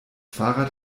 fahrrad